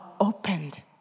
opened